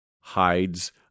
hides